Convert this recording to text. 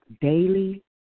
daily